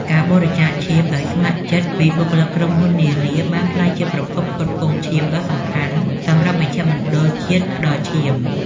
ការបរិច្ចាគ ឈាម ដោយស្ម័គ្រចិត្តពីបុគ្គលិកក្រុមហ៊ុននានា បានក្លាយជាប្រភពផ្គត់ផ្គង់ឈាមដ៏សំខាន់សម្រាប់មជ្ឈមណ្ឌលជាតិផ្តល់ឈាម។